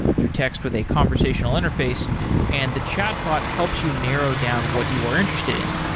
you text with a conversational interface and the chat bot helps you narrow down what you are interested in.